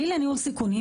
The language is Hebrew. כלי לניהול סיכונים,